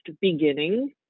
beginning